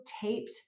taped